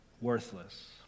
worthless